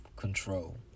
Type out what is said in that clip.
control